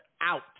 out